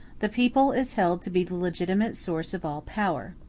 the people is held to be the legitimate source of all power.